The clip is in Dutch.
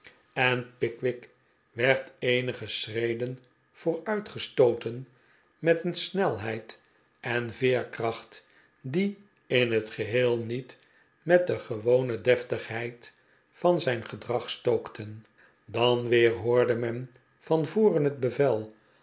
en pickwick werd eenige schreden vooruitg'estooteri met een snelheid en veerkracht die in net geheel niet met de gewone deftigheid van zijn gedrag strookten dan weer hoorde men van vorenhet bevel